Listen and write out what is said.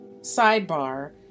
Sidebar